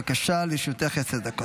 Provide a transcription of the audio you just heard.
בבקשה, לרשותך עשר דקות.